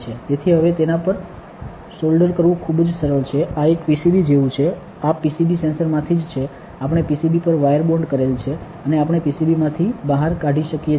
તેથી હવે તેના પર સોલ્ડર કરવું ખૂબ જ સરળ છે આ એક PCB જેવું છે આ PCB સેન્સરમાંથી જ છે આપણે PCB પર વાયર બોન્ડ કરેલ છે અને આપણે PCBમાંથી બહાર કાઢી શકીએ છીએ